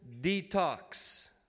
detox